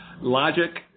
Logic